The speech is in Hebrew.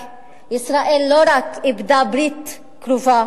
ישראל לא רק איבדה בעל ברית קרוב,